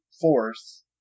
force